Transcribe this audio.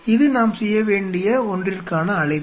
இது நாம் செய்ய வேண்டிய ஒன்றிற்கான அழைப்பு